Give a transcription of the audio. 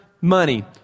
money